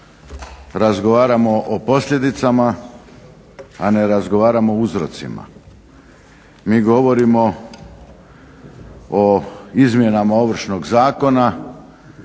razgovaramo o posljedicama, a ne razgovaramo o uzrocima. Mi govorimo o izmjenama Ovršnog zakona.